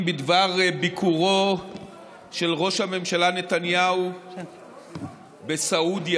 בדבר ביקורו של ראש הממשלה נתניהו בסעודיה.